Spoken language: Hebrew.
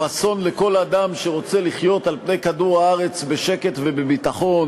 הוא אסון לכל אדם שרוצה לחיות על פני כדור-הארץ בשקט ובביטחון,